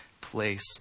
place